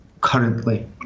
currently